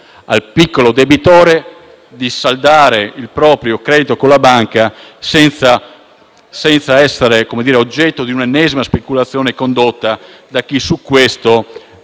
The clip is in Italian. al piccolo debitore di saldare il proprio credito con la banca senza essere oggetto di un'ennesima speculazione condotta da chi lucra